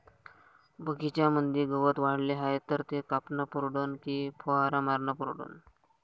बगीच्यामंदी गवत वाढले हाये तर ते कापनं परवडन की फवारा मारनं परवडन?